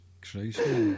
Christ